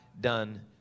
done